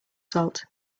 salt